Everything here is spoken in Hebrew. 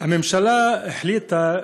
הממשלה החליטה,